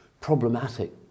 problematic